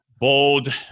Bold